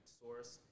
source